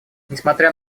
несмотря